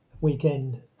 weekend